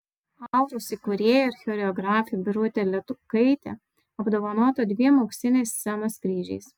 auros įkūrėja ir choreografė birutė letukaitė apdovanota dviem auksiniais scenos kryžiais